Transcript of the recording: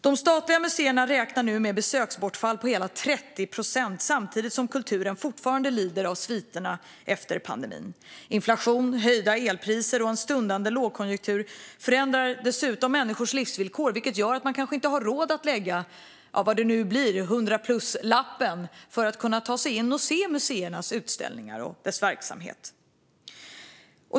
De statliga museerna räknar nu med ett besöksbortfall på hela 30 procent, samtidigt som kulturen fortfarande lider av sviterna efter pandemin. Inflation, höjda elpriser och en stundande lågkonjunktur förändrar dessutom människors livsvillkor, vilket gör att man kanske inte har råd att lägga vad det nu blir - kanske över en hundralapp - på att kunna ta sig in och se museernas utställningar och verksamheter.